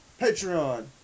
Patreon